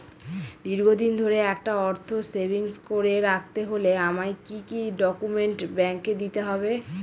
দীর্ঘদিন ধরে একটা অর্থ সেভিংস করে রাখতে হলে আমায় কি কি ডক্যুমেন্ট ব্যাংকে দিতে হবে?